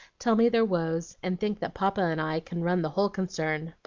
tell me their woes, and think that papa and i can run the whole concern.